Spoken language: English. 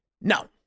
no